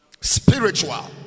spiritual